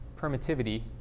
permittivity